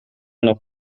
noch